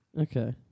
Okay